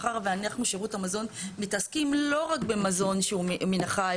מאחר ואנחנו שירות המזון מתעסקים לא רק במזון שהוא מן החי,